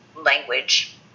language